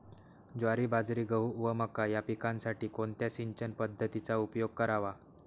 ज्वारी, बाजरी, गहू व मका या पिकांसाठी कोणत्या सिंचन पद्धतीचा उपयोग करावा?